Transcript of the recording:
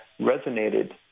resonated